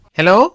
Hello